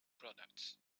products